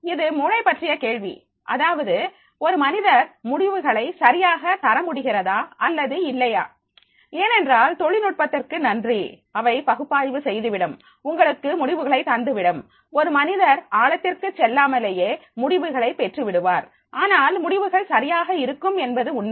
இது மூளை பற்றிய கேள்வி அதாவது ஒரு மனிதர் முடிவுகளை சரியாக தர முடிகிறதா அல்லது இல்லையா ஏனென்றால் தொழில்நுட்பத்திற்கு நன்றி அவை பகுப்பாய்வு செய்து விடும் உங்களுக்கு முடிவுகளை தந்துவிடும் ஒரு மனிதர் ஆழத்திற்கு செல்லாமலேயே முடிவுகளை பெற்று விடுவார் ஆனால் முடிவுகள் சரியாக இருக்கும் என்பது உண்மை